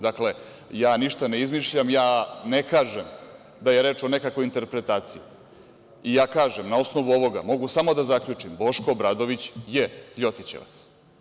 Dakle, ja ništa ne izmišljam, ja ne kažem da je reč o nekakvoj interpretaciji i ja kažem, na osnovu ovoga mogu samo da zaključim – Boško Obradović je ljotićevac.